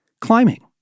climbing